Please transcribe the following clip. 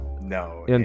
no